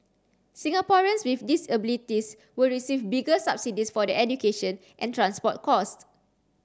Singaporeans with disabilities will receive bigger subsidies for their education and transport cost